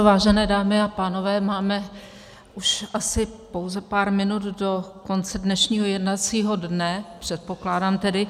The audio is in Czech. Vážené dámy a pánové, máme už asi pouze pár minut do konce dnešního jednacího dne, předpokládám tedy.